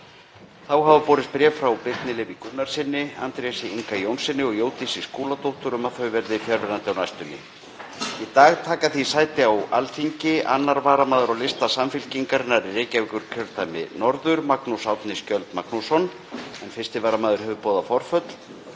Þá hafa borist bréf frá Birni Leví Gunnarssyni, Andrési Inga Jónssyni og Jódísi Skúladóttur um að þau verði fjarverandi á næstunni. Í dag taka því sæti á Alþingi 2. varamaður á lista Samfylkingarinnar í Reykjavíkurkjördæmi norður, Magnús Árni Skjöld Magnússon, en 1. varamaður hefur boðað forföll,